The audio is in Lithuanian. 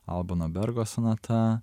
albano bergo sonata